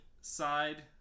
Side